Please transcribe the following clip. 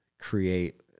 create